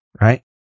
right